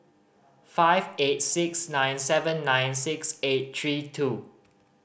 five eight six nine seven nine six eight three two